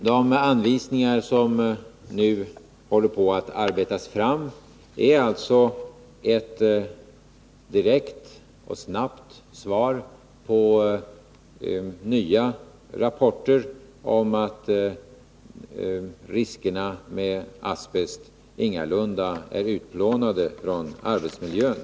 De anvisningar som nu håller på att arbetas fram är alltså ett direkt och snabbt svar på nya rapporter om att riskerna med asbest ingalunda är utplånade från arbetsmiljön.